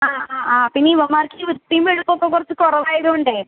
ആ ആ പിന്നെ ഇവന്മാർക്ക് ഈ വൃത്തിയും വെടിപ്പുമൊക്കെ കുറച്ച് കുറവായത് കൊണ്ട്